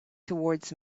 towards